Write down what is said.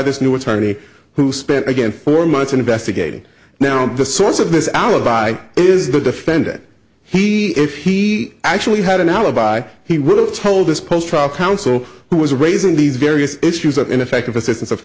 this new attorney who spent again four months investigating now the source of this alibi is the defendant he if he actually had an alibi he would have told this post trial counsel who was raising these various issues of ineffective assistance of